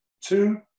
Two